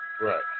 Right